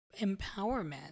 empowerment